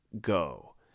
go